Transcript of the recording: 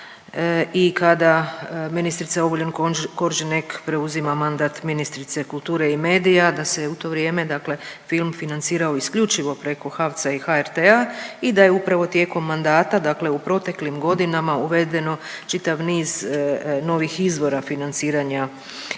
i kada ministrica Obuljen Koržinek preuzima mandat ministrice kulture i medija da se u to vrijeme dakle film financirao isključivo preko HAVC-a i HRT-a i da je upravo tijekom mandata dakle u proteklim godinama uvedeno čitav niz novih izvora financiranja